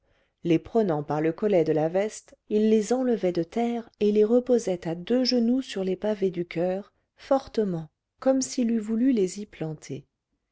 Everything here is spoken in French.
les prenant par le collet de la veste il les enlevait de terre et les reposait à deux genoux sur les pavés du choeur fortement comme s'il eût voulu les y planter